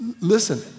Listen